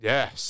Yes